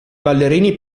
ballerini